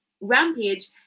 rampage